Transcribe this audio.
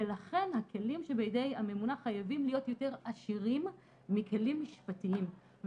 ולכן הכלים שבידי הממונה חייבים להיות יותר עשירים מכלים משפטיים.